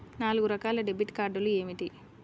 నాలుగు రకాల డెబిట్ కార్డులు ఏమిటి?